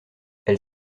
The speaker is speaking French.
elle